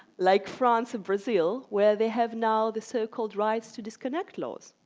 like france and brazil where they have now the so-called rights to disconnect laws,